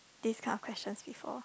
this kind of question before